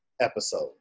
episode